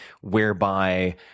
whereby